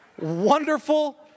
wonderful